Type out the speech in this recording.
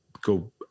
go